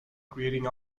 creating